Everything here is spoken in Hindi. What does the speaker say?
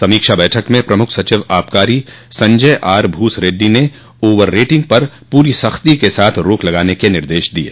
समीक्षा बैठक में प्रमुख सचिव आबाकारी संजय आर भूसरेड्डी ने ओवर रेटिंग पर पूरी सख्ती के साथ रोक लगाने के निर्देश दिये